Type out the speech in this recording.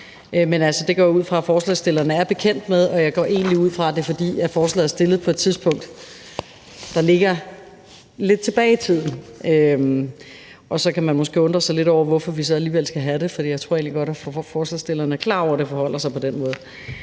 Det går jeg ud fra at forslagsstillerne er bekendt med, og jeg går egentlig ud fra, at det er, fordi forslaget er fremsat på et tidspunkt, der ligger lidt tilbage i tiden. Og så kan man måske undre sig lidt over, hvorfor vi så alligevel skal behandle det, for jeg tror egentlig, at forslagsstillerne er klar over, at det forholder sig på den måde.